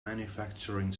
manufacturing